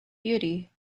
beauty